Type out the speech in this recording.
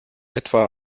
etwa